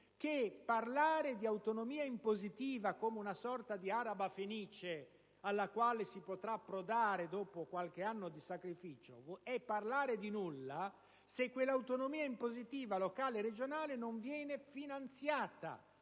che parlare di autonomia impositiva come una sorta di araba fenice alla quale si potrà approdare dopo qualche anno di sacrificio, è parlare di nulla se quell'autonomia impositiva locale e regionale non viene finanziata,